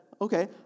Okay